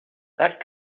that